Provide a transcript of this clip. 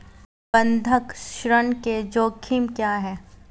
बंधक ऋण के जोखिम क्या हैं?